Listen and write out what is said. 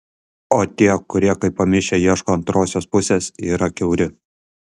o tie kurie kaip pamišę ieško antrosios pusės yra kiauri